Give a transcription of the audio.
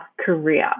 Korea